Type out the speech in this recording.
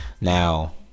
Now